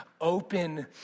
open